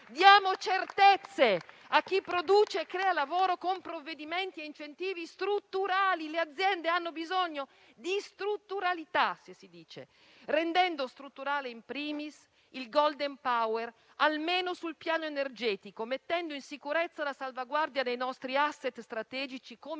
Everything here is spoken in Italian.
Diamo certezze a chi produce e crea lavoro con provvedimenti e incentivi strutturali, perché le aziende hanno bisogno di strutturalità, rendendo strutturale *in primis* il *golden power* almeno sul piano energetico; mettendo in sicurezza la salvaguardia dei nostri *asset* strategici come